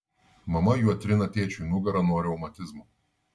mama juo trina tėčiui nugarą nuo reumatizmo